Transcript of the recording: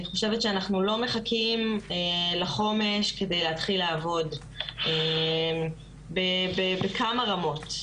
אני חושבת שאנחנו לא מחכים לחומש על מנת להתחיל לעבוד בכמה רמות.